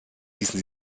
hießen